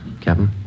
Captain